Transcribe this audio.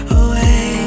away